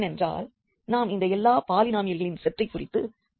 ஏனென்றால் நாம் இந்த எல்லா பாலினாமியல்களின் செட்டைக் குறித்து பேசுகிறோம்